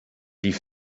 die